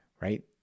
right